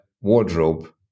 wardrobe